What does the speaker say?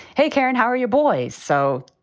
hey, karen, how are your boys? so,